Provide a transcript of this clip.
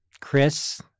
Chris